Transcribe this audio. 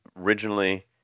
originally